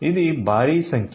ఇది భారీ సంఖ్య